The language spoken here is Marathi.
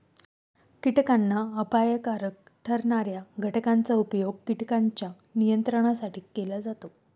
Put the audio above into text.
कीटकांना अपायकारक ठरणार्या घटकांचा उपयोग कीटकांच्या नियंत्रणासाठी केला जातो